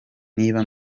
niba